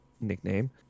nickname